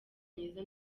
myiza